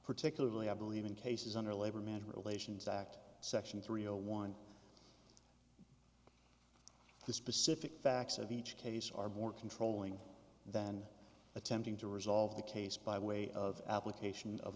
particularly i believe in cases under labor man relations act section three zero one the specific facts of each case are more controlling than attempting to resolve the case by way of application of